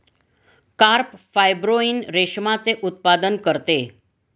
carp fibroin रेशमाचे उत्पादन करते